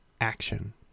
Action